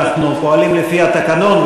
פועלים לפי התקנון,